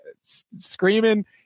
screaming